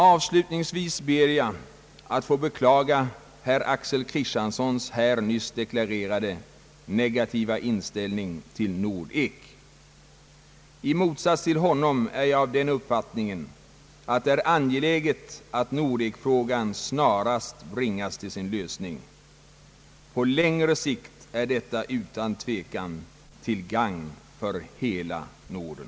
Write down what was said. Avslutningsvis ber jag att få beklaga herr Axel Kristianssons här nyss deklarerade negativa inställning till Nordek. I motsats till herr Kristiansson är jag av den uppfattningen att det är angeläget att Nordekfrågan snarast bringas till sin lösning. På längre sikt är detta utan tvekan till gagn för hela Norden.